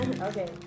Okay